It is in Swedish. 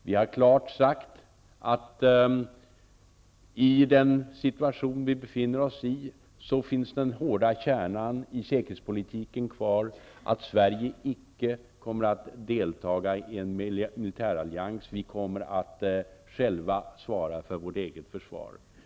Vi har klart sagt att i den situation som vi befinner oss i finns den hårda kärnan i säkerhetspolitiken kvar, att Sverige icke kommer att delta i en militärallians -- vi kommer att själva svara för vårt eget försvar.